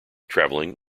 traveling